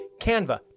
Canva